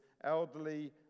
elderly